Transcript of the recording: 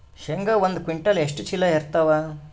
ಶೇಂಗಾ ಒಂದ ಕ್ವಿಂಟಾಲ್ ಎಷ್ಟ ಚೀಲ ಎರತ್ತಾವಾ?